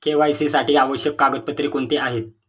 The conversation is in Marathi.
के.वाय.सी साठी आवश्यक कागदपत्रे कोणती आहेत?